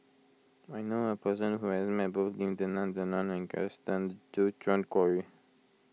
I knew a person who has met both Lim Denan Denon and Gaston Dutronquoy